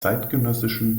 zeitgenössischen